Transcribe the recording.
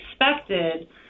expected